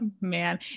man